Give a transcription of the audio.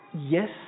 Yes